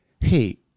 hey